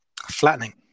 flattening